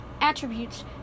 attributes